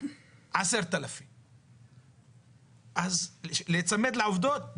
10,000. אז להצמד לעובדות?